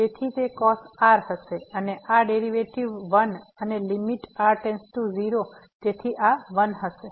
તેથી તે cos r હશે અને આ ડેરીવેટીવ 1 અને લીમીટ r → 0 તેથી આ 1 હશે